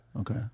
Okay